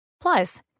Plus